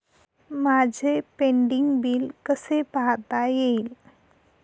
माझे pending bill कसे पाहता येईल?